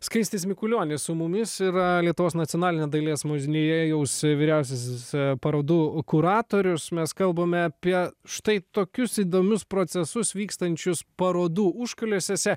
skaistis mikulionis su mumis yra lietuvos nacionalinio dailės muziejaus vyriausiasis parodų kuratorius mes kalbame apie štai tokius įdomius procesus vykstančius parodų užkulisiuose